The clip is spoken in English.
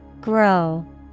Grow